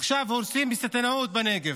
עכשיו הורסים בסיטונות בנגב,